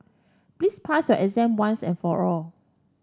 please pass your exam once and for all